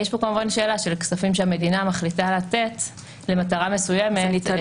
יש פה כמובן שאלה של כספים שהמדינה מחליטה לתת למטרה מסוימת,